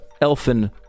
elfin